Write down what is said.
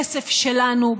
כסף שלנו,